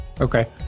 Okay